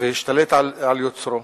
והשתלט על יוצרו.